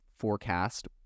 forecast